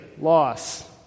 loss